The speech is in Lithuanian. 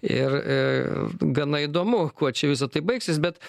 ir gana įdomu kuo čia visa tai baigsis bet